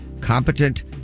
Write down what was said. Competent